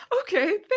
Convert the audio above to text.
okay